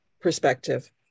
perspective